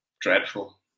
dreadful